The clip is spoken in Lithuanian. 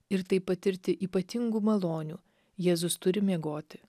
ir taip patirti ypatingų malonių jėzus turi miegoti